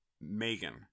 Megan